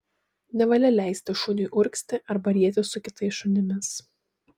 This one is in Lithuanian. nevalia leisti šuniui urgzti arba rietis su kitais šunimis